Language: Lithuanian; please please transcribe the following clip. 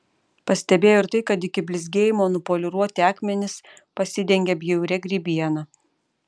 pastebėjo ir tai kad iki blizgėjimo nupoliruoti akmenys pasidengė bjauria grybiena